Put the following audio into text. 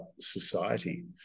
society